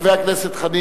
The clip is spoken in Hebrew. של חבר הכנסת אורי